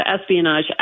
espionage